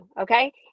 okay